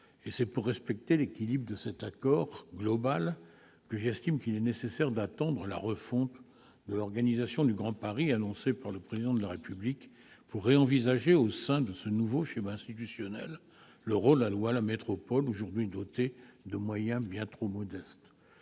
C'est pour respecter l'équilibre de cet accord global que j'estime qu'il est nécessaire d'attendre la refonte de l'organisation du Grand Paris, annoncée par le Président de la République, pour réenvisager, au sein de ce nouveau schéma institutionnel, le rôle alloué à la métropole, aujourd'hui dotée de moyens bien trop modestes.